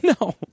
No